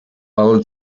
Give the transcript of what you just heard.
але